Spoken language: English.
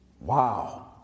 Wow